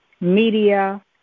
media